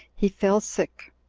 he fell sick.